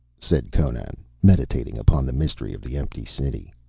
said conan, meditating upon the mystery of the empty city.